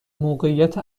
موقعیت